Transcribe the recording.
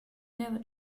never